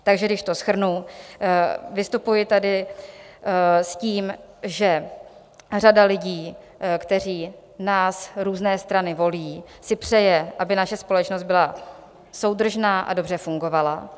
Takže když to shrnu, vystupuji tady s tím, že řada lidí, kteří nás, různé strany, volí, si přeje, aby naše společnost byla soudržná a dobře fungovala.